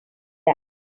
that